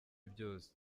byose